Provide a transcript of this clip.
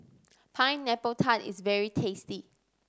Pineapple Tart is very tasty